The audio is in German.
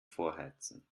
vorheizen